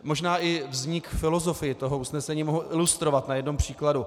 Možná i vznik filozofie toho usnesení mohu ilustrovat na jednom příkladu.